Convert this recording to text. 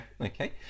okay